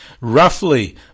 roughly